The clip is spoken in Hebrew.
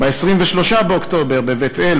ב-16 באוקטובר בגזרת חברון,